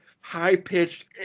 high-pitched